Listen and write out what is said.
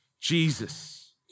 Jesus